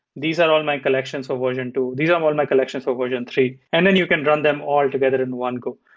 these are all my collections of version two. these um are all and my collections of version three. and then you can run them all together in one go.